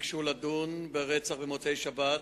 ביקשו לדון ברצח במוצאי-שבת